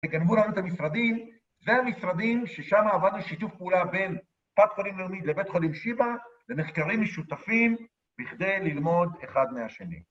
וגנבו לנו את המשרדים. זה המשרדים ששם עבדנו שיתוף פעולה בין קופת חולים לאומית לבית חולים שיב"א, למחקרים משותפים, בכדי ללמוד אחד מהשני.